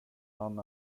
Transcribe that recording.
han